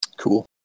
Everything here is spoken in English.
Cool